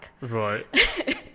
right